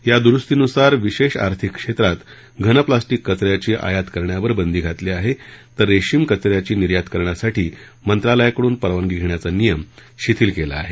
या द्रुस्ती नुसार विशेष अर्थिक क्षेत्रात घन प्लास्टिक कचऱ्याची आयात करण्यावर बंदी घातली आहे तर रेशीम कचऱ्याची निर्यात करण्यासाठी मंत्रालयाकडून परवानगी घेण्याचा नियम शिथील केला आहे